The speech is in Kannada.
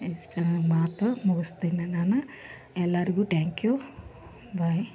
ಇಷ್ಟು ಮಾತು ಮುಗಿಸ್ತೀನಿ ನಾನು ಎಲ್ಲರ್ಗೂ ಟ್ಯಾಂಕ್ ಯು ಬಾಯ್